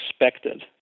expected